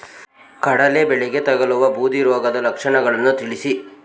ಕಡಲೆ ಬೆಳೆಗೆ ತಗಲುವ ಬೂದಿ ರೋಗದ ಲಕ್ಷಣಗಳನ್ನು ತಿಳಿಸಿ?